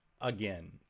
again